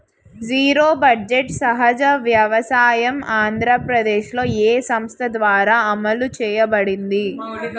Zero budget సహజ వ్యవసాయం ఆంధ్రప్రదేశ్లో, ఏ సంస్థ ద్వారా అమలు చేయబడింది?